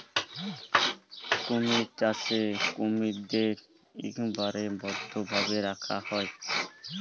কুমির চাষে কুমিরদ্যার ইকবারে বদ্ধভাবে রাখা হ্যয়